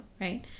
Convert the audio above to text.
Right